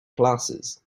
classes